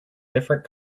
different